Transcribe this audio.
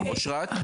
אשרת?